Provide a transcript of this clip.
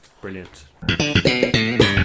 brilliant